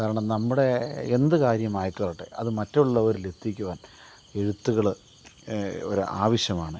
കാരണം നമ്മുടെ എന്ത് കാര്യമായിക്കോട്ടെ അത് മറ്റുള്ളവരിലെത്തിക്കുവാൻ എഴുത്തുകൾ ഒര് ആവശ്യമാണ്